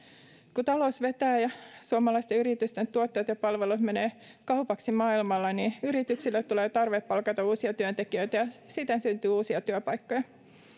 kun talous vetää ja suomalaisten yritysten tuotteet ja palvelut menevät kaupaksi maailmalla niin yrityksille tulee tarve palkata uusia työntekijöitä ja siten syntyy uusia työpaikkoja